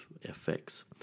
effects